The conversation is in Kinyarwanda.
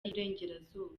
y’iburengerazuba